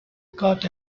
cut